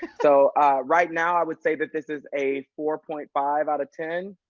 so right now i would say but this is a four point five out of ten.